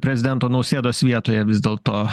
prezidento nausėdos vietoje vis dėlto